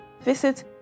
visit